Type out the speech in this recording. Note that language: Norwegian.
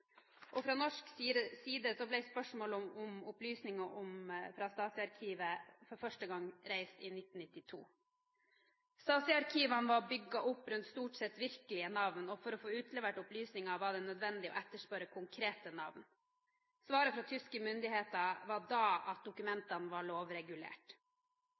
2003. Fra norsk side ble spørsmålet om opplysninger fra Stasi-arkivene for første gang reist i 1992. Stasi-arkivene var bygget opp rundt – stort sett – virkelige navn, og for å få utlevert opplysninger var det nødvendig å etterspørre konkrete navn. Svaret fra tyske myndigheter var da at